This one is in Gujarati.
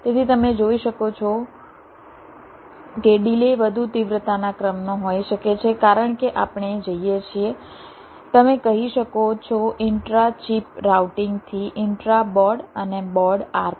તેથી તમે જોઈ શકો છો કે ડિલે વધુ તીવ્રતાના ક્રમનો હોઈ શકે છે કારણ કે આપણે જઈએ છીએ તમે કહી શકો છો ઈન્ટ્રા ચિપ રાઉટિંગ થી ઈન્ટ્રા બોર્ડ અને બોર્ડ આરપાર